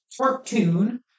cartoon